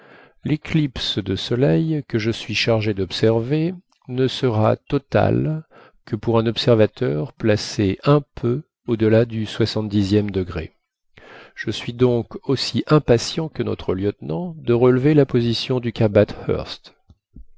l'éclipse de soleil que je suis chargé d'observer ne sera totale que pour un observateur placé un peu au-delà du soixante dixième degré je suis donc aussi impatient que notre lieutenant de relever la position du